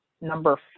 number